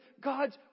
God's